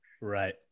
Right